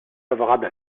favorable